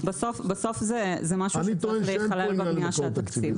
בסוף זה משהו שצריך להיכלל בבנייה של התקציב,